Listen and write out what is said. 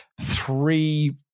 three